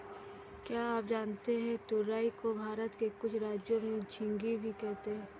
क्या आप जानते है तुरई को भारत के कुछ राज्यों में झिंग्गी भी कहते है?